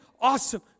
awesome